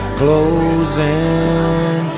closing